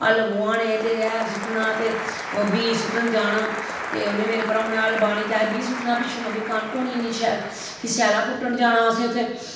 हल बौआने हैल सु'ट्टना ते बीऽ सु'ट्टन जाना ते उनें मेरे भाऊं नै हल बाह्नी ते हैल सु'ट्टना पिच्छुआं फ्ही कनक होनी इन्नी शैल फ्ही स्याला पुट्टन जाना असें उत्थै